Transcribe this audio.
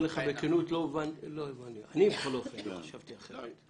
אומר לך בכנות, אני בכל אופן לא חשבתי אחרת.